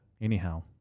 anyhow